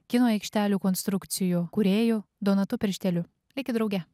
kino aikštelių konstrukcijų kūrėju donatu piršteliu likit drauge